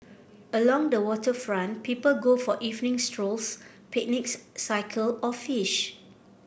along the waterfront people go for evening strolls picnics cycle or fish